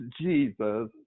Jesus